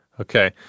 Okay